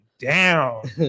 Down